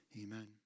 Amen